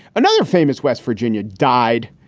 another famous west virginia died.